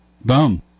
Boom